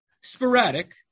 sporadic